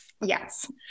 yes